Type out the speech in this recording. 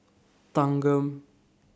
Thanggam